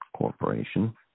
Corporation